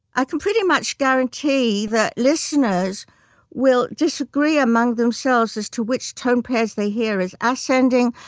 i can pretty much guarantee that listeners will disagree among themselves as to which tone pairs they hear as ascending,